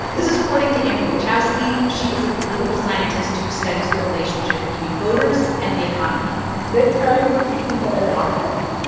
this is according to amber wichowsky. she is a political scientist who studies the relationship between voters and the economy good times keep people in office.